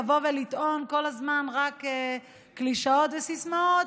לבוא ולטעון כל הזמן רק קלישאות וסיסמאות,